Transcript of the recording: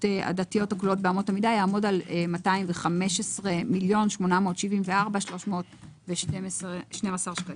הדתיות באמות המידה יעמוד על 215 מיליון ו-874,312 שקלים.